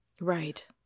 Right